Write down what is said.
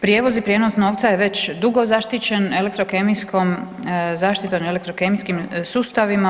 Prijevoz i prijenos novca je već dugo zaštićen elektrokemijskom zaštitom i elektrokemijskim sustavima.